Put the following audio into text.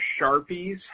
Sharpies